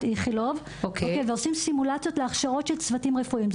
איכילוב ועושים סימולציות להכשרות של צוותים רפואיים.